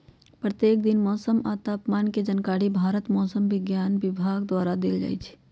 प्रत्येक दिन मौसम आ तापमान के जानकारी भारत मौसम विज्ञान विभाग द्वारा देल जाइ छइ